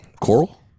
Coral